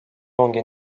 ongi